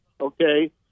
okay